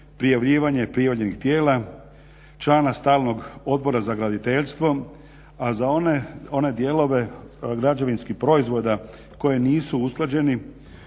prijavljivanje prijavljenih tijela, člana stalnog Odbora za graditeljstvo. A za one dijelove građevinskih proizvoda koji nisu usklađeni